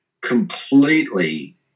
completely